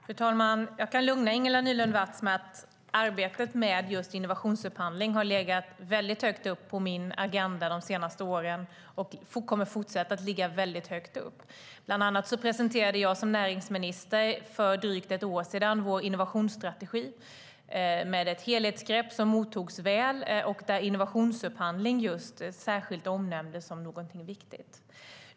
Fru talman! Jag kan lugna Ingela Nylund Watz med att arbetet med innovationsupphandling har legat högt upp på min agenda de senaste åren, och det kommer det fortsätta att göra. Som näringsminister presenterade jag för drygt ett år sedan vår innovationsstrategi. Den har ett helhetsgrepp som mottogs väl, och innovationsupphandling omnämndes som något särskilt viktigt.